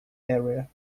area